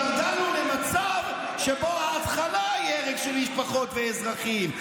הידרדרנו למצב שבו ההתחלה היא הרג של משפחות ואזרחים.